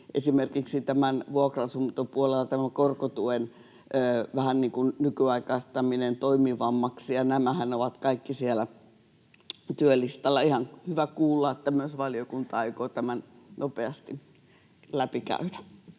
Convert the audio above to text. esimerkiksi vuokra-asuntopuolella korkotuen vähän niin kuin nykyaikaistamisen toimivammaksi. Nämähän ovat kaikki siellä työlistalla. Ihan hyvä kuulla, että myös valiokunta aikoo tämän nopeasti läpikäydä.